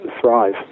thrive